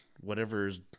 whatever's